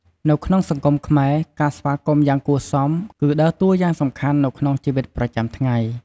នៅក្នុងសង្គមខ្មែរ ការស្វាគមន៍យ៉ាងគួរសម គឺដើរតួយ៉ាងសំខាន់នៅក្នុងជីវិតប្រចាំថ្ងៃ។